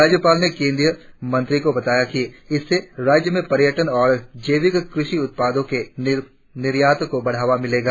राज्यपाल ने केंद्रीय मंत्री को बताया कि इससे राज्य में पर्यटन और जैविक कृषि उत्पादो के निर्यात को बढ़ावा मिलेगा